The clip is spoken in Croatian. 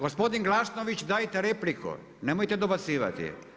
Gospodin Glasnović, dajte repliku, nemojte dobacivati.